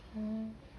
oo